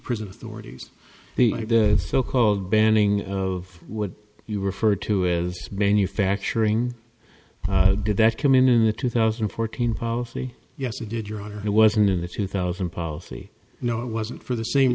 the like this so called banning of what you refer to is manufacturing did that come in in the two thousand and fourteen policy yes you did your honor it wasn't in the two thousand policy no it wasn't for the same